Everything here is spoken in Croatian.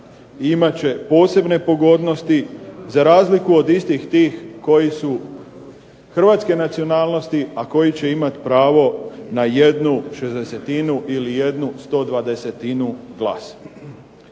imat će posebne pogodnosti, za razliku od istih tih koji su hrvatske nacionalnosti a koji će imati pravo na jednu šezdesetinu ili jednu stodvadesetinu glasa.